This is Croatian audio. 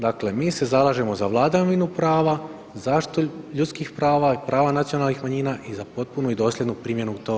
Dakle mi se zalažemo za vladavinu prava, zaštitu ljudskih prava i prava nacionalnih manjina i za potpunu i dosljednu primjenu tog zakona.